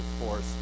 force